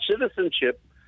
citizenship